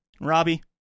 robbie